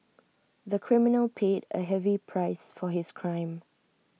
the criminal paid A heavy price for his crime